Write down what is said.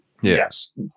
Yes